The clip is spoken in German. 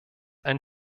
ein